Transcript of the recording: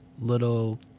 little